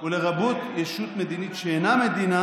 התחלתי מעמוד 6. אוקיי,